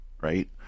right